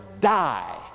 die